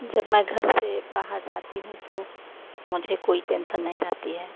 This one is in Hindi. जब मैं घर से बाहर जाती हूँ तो मुझे कोई टेन्सन नहीं रहती है